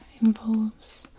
involves